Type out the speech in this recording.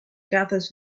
gathers